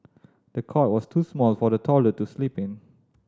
the cot was too small for the toddler to sleep in